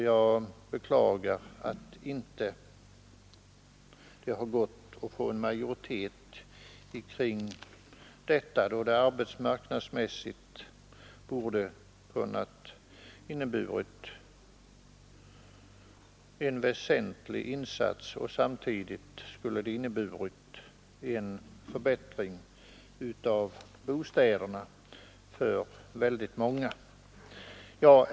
Jag beklagar att det inte har gått att få en majoritet bakom vårt förslag, eftersom det arbetsmarknadsmässigt borde ha kunnat innebära en väsentlig insats och samtidigt skulle lett till en förbättring av bostäderna för väldigt många.